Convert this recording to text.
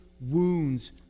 wounds